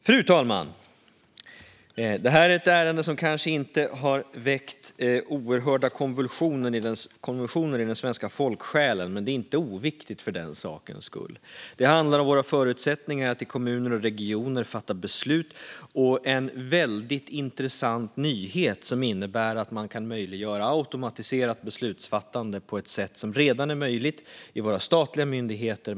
Fru talman! Det här är ett ärende som kanske inte har väckt oerhörda konvulsioner i den svenska folksjälen, men det är inte oviktigt för den sakens skull. Det handlar om våra förutsättningar att i kommuner och regioner fatta beslut, och det handlar om en väldigt intressant nyhet som innebär att man möjliggör automatiserat beslutsfattande på ett sätt som redan är möjligt i våra statliga myndigheter.